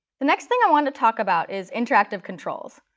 the next thing i want to talk about is interactive controls.